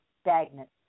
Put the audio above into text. Stagnant